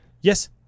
Yes